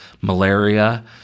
malaria